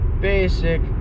basic